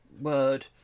Word